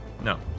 No